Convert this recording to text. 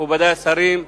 מכובדי השרים,